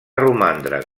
romandre